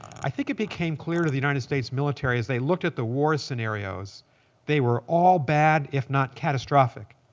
i think it became clear to the united states military as they looked at the war scenarios they were all bad, if not catastrophic.